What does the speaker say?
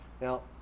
Now